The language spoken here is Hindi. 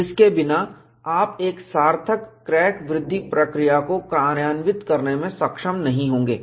जिसके बिना आप एक सार्थक क्रैक वृद्धि प्रक्रिया को कार्यान्वित करने में सक्षम नहीं होंगे